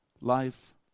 life